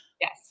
Yes